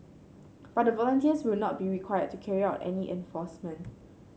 but the volunteers will not be required to carry out any enforcement